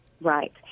right